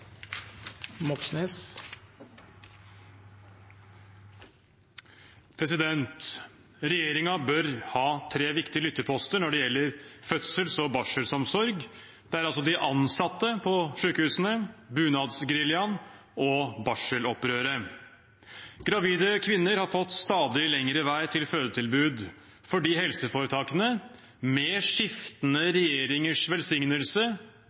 bør ha tre viktige lytteposter når det gjelder fødsels- og barselomsorg. Det er de ansatte på sykehusene, Bunadsgeriljaen og barselopprøret. Gravide kvinner har fått stadig lengre vei til fødetilbud fordi helseforetakene, med skiftende regjeringers velsignelse,